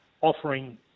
offering